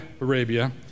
Arabia